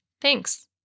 thanks